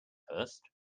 first